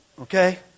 Okay